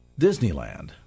Disneyland